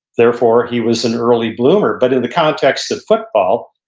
therefore, he was an early bloomer. but in the context of football,